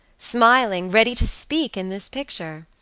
smiling, ready to speak, in this picture.